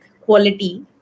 quality